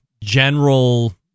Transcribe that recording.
general